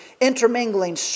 intermingling